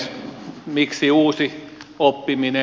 miksi uusi oppiminen